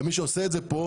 מי שעושה את זה כאן,